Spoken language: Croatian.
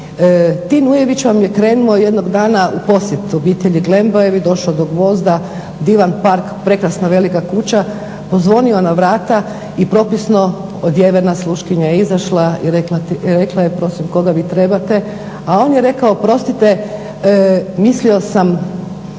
Tin Ujević vam je krenuo jednog dana u posjet obitelji Glembajevih. Došao do Gvozda, divan park, prekrasna velika kuća. Pozvonio na vrata i propisno odjevena sluškinja je izašla i rekla je oprostite koga vi trebate. A on je rekao, oprostite mislio sam